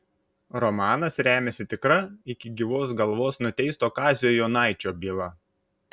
romanas remiasi tikra iki gyvos galvos nuteisto kazio jonaičio byla